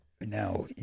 Now